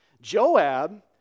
joab